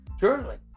journaling